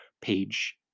page